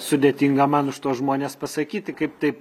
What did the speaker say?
sudėtinga man už tuos žmones pasakyti kaip taip